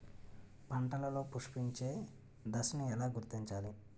పంటలలో పుష్పించే దశను ఎలా గుర్తించాలి?